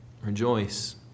Rejoice